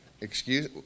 excuse